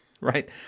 right